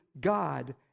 God